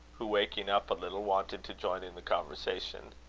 who, waking up a little, wanted to join in the conversation.